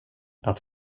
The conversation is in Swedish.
att